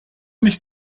nicht